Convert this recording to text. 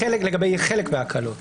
לגבי חלק מההקלות.